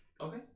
okay